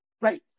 Right